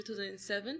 2007